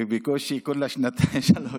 ובקושי זה כולה שנתיים-שלוש.